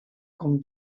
com